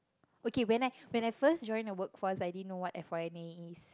okay when I when I first join the workforce I didn't know what F_Y_N_A is